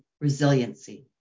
resiliency